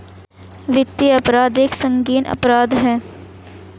वित्तीय अपराध एक संगीन अपराध है